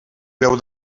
veu